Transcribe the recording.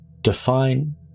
Define